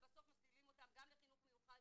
ובסוף מסלילים אותם גם לחינוך מיוחד